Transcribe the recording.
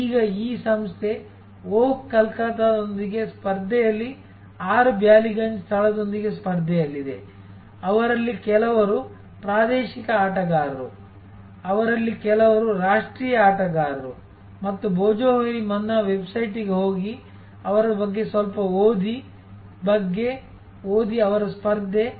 ಈಗ ಈ ಸಂಸ್ಥೆ ಓಹ್ ಕಲ್ಕತ್ತಾದೊಂದಿಗೆ ಸ್ಪರ್ಧೆಯಲ್ಲಿ 6 ಬ್ಯಾಲಿಗಂಜ್ ಸ್ಥಳದೊಂದಿಗೆ ಸ್ಪರ್ಧೆಯಲ್ಲಿದೆ ಅವರಲ್ಲಿ ಕೆಲವರು ಪ್ರಾದೇಶಿಕ ಆಟಗಾರರು ಅವರಲ್ಲಿ ಕೆಲವರು ರಾಷ್ಟ್ರೀಯ ಆಟಗಾರರು ಮತ್ತು ಭೋಜೋಹೋರಿ ಮನ್ನಾ ವೆಬ್ಸೈಟ್ಗೆ ಹೋಗಿ ಅವರ ಬಗ್ಗೆ ಸ್ವಲ್ಪ ಓದಿ ಬಗ್ಗೆ ಓದಿ ಅವರ ಸ್ಪರ್ಧೆ